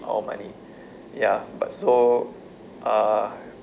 our money ya but so uh